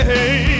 Hey